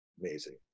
amazing